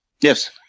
Yes